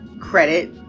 credit